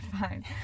fine